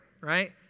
right